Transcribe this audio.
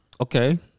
Okay